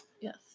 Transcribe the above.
Yes